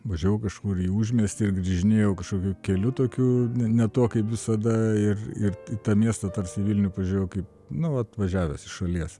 važiavau kažkur į užmiestį ir grįžinėjau kažkokiu keliu tokiu ne tuo kaip visada ir ir tą miestą tarsi į vilnių pažiūrėjaukaip nu atvažiavęs iš šalies